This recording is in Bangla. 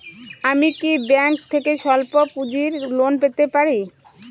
আমি কি ব্যাংক থেকে স্বল্প পুঁজির লোন পেতে পারি?